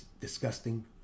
disgusting